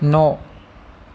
न'